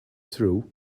through